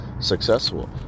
successful